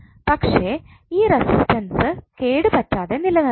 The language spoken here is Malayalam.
പക്ഷെ ഈ റെസിസ്റ്റൻസ് കേട് പറ്റാതെ നിലനിർത്തണം